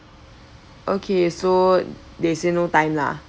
okay so they say no time lah